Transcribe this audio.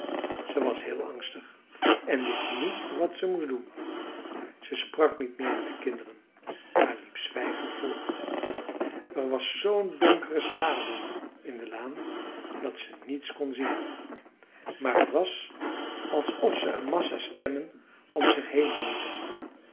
ze was heel angstig en wist niet wat ze moest doen ze sprak niet meer met de kinderen maar liep zwijgend voort er was zoo'n donkere schaduw in de laan dat ze niets kon zien maar t was alsof ze een massa stemmen om zich heen hoorde